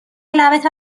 لبتو